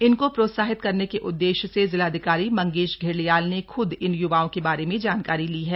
इनको प्रोत्साहित करने के उद्देश्य से जिलाधिकारी मंगेश घिल्डियाल ने ख्द इन य्वाओं के बारे में जानकारी ली है